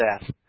death